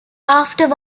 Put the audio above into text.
after